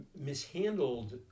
mishandled